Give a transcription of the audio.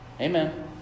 Amen